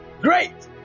Great